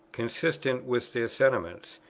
consistent with their sentiments,